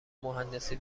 مهندسی